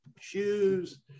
shoes